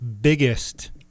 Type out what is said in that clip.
biggest